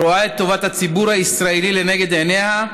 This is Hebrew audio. הרואה את טובת הציבור הישראלי לנגד עיניה,